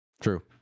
True